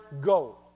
go